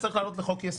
צריך להעלות לחוק-יסוד,